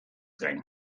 gain